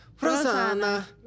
Rosanna